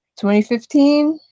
2015